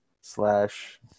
slash